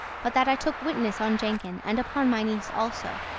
but that i took witness on jenkin, and upon my niece also.